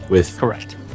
Correct